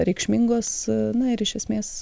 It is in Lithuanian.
reikšmingos na ir iš esmės